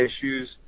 issues